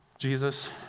Jesus